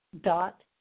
dot